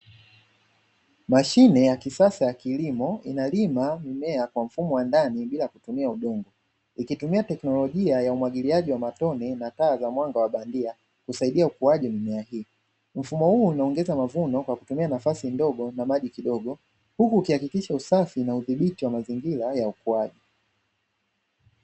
Mashine ya kisasa ya kilimo inalima mimea kwa mfumo wa ndani bila kutumia udongo, ikitumia tekinolojia ya umwagiliaji wa matone na taa za mwanga wa bandia kusaidia ukuaji wa mimea hii. Mfumo huu unaongeza mavuno kwa kutumia nafasi ndogo na maji kidogo huku ukihakikisha usafi na udhibiti wa mazingira ya ukuaji.